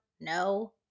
No